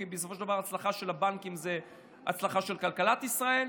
כי בסופו של דבר ההצלחה של הבנקים זה ההצלחה של כלכלת ישראל.